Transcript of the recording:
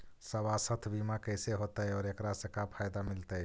सवासथ बिमा कैसे होतै, और एकरा से का फायदा मिलतै?